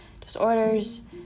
disorders